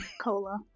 cola